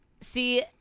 See